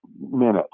minute